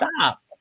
stop